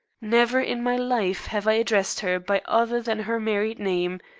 never in my life have i addressed her by other than her married name,